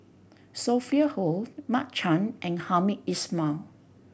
Sophia Hull Mark Chan and Hamed Ismail